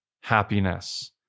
happiness